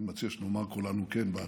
אני מציע שנאמר כולנו "כן" בהצבעה,